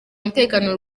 umutekano